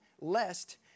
lest